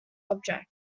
object